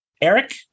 Eric